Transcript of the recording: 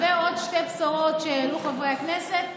עוד שתי בשורות שהעלו חברי הכנסת: